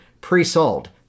Pre-Sold